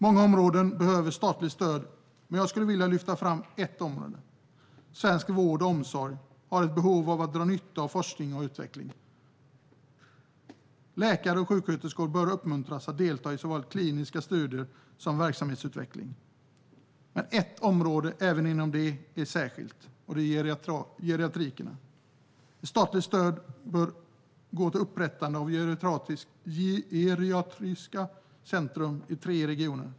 Många områden behöver statligt stöd, men jag skulle vilja lyfta fram ett. Svensk vård och omsorg har behov av att dra nytta av forskning och utveckling. Läkare och sjuksköterskor bör uppmuntras att delta i såväl kliniska studier som verksamhetsutveckling. Men även här är ett område speciellt: geriatriken. Ett statligt stöd bör gå till upprättande av geriatriska centrum i tre regioner.